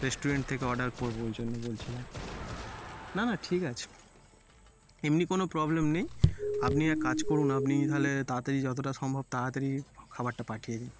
restaurant থেকে order করবো ওই জন্য বলছিলাম না না ঠিক আছে এমনি কোনো প্রবলেম নেই আপনি এক কাজ করুন আপনি থালে তাড়াতাড়ি যতোটা সম্ভব তাড়াতাড়ি খাবারটা পাঠিয়ে দিন